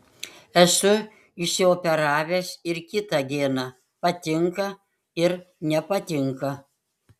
esu išsioperavęs ir kitą geną patinka ir nepatinka